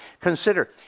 Consider